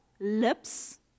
lips